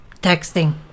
texting